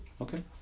Okay